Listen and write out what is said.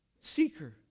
seeker